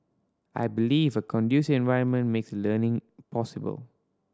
I believe a conducive environment makes learning possible